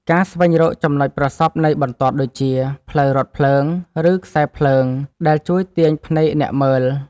ការស្វែងរកចំណុចប្រសព្វនៃបន្ទាត់ ដូចជា ផ្លូវរថភ្លើង ឬខ្សែភ្លើងដែលជួយទាញភ្នែកអ្នកមើល។